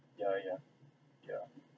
yeah yeah yeah